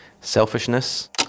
Selfishness